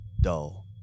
dull